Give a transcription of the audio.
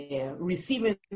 receiving